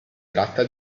tratta